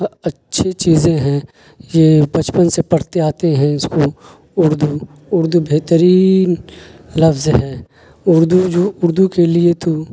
اچھی چیزیں ہیں یہ بچپن سے پڑھتے آتے ہیں اس کو اردو اردو بہترین لفظ ہے اردو جو اردو کے لیے تو